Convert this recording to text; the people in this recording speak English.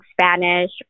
Spanish